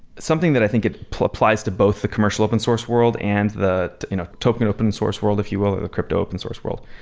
something that i think applies to both the commercial open source world and the you know token open source world if you will, the crypto open source world.